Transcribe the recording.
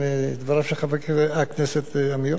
עם דבריו של חבר הכנסת עמיר.